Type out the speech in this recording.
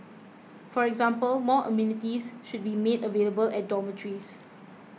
for example more amenities should be made available at dormitories